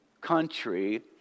country